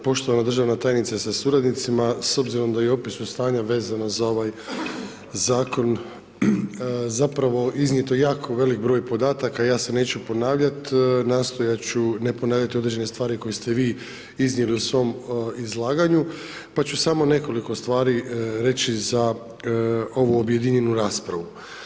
Sabora, poštovana državna tajnice sa suradnicima, s obzirom da opet su stanja vezana za ovaj zakon, zapravo iznijeto je jako veliki broj podataka, ja se neću ponavljati, nastojat ću ne ponavljati određene stvari koje ste vi iznijeli u svom izlaganju pa ću samo nekoliko stvari reći za ovu objedinjenu raspravu.